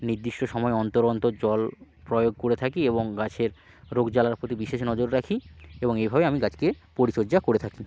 নির্দিষ্ট সময় অন্তর অন্তর জল প্রয়োগ করে থাকি এবং গাছের রোগজ্বালার প্রতি বিশেষ নজর রাখি এবং এভাবেই আমি গাছকে পরিচর্যা করে থাকি